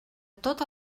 tot